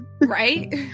Right